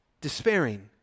Despairing